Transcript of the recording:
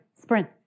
sprint